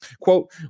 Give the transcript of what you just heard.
quote